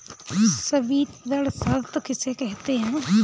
संवितरण शर्त किसे कहते हैं?